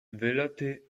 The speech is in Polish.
wyloty